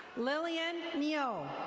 lillian neil.